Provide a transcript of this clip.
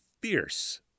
fierce